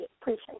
appreciate